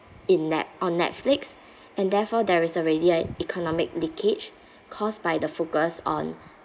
in net~ on netflix and therefore there is already an economic leakage caused by the focus on